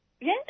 Yes